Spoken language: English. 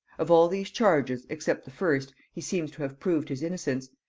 of all these charges except the first he seems to have proved his innocence,